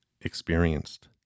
experienced